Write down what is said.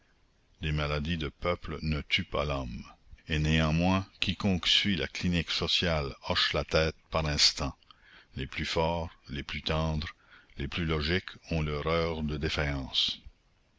des maladies de peuple ne tuent pas l'homme et néanmoins quiconque suit la clinique sociale hoche la tête par instants les plus forts les plus tendres les plus logiques ont leurs heures de défaillance